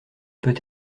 peut